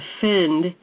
defend